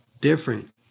different